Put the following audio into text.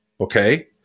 Okay